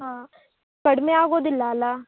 ಹಾಂ ಕಡಿಮೆ ಆಗೋದಿಲ್ಲ ಅಲ